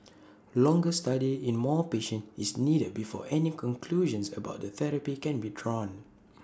longer study in more patients is needed before any conclusions about the therapy can be drawn